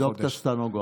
תבדוק את הסטנוגרמה.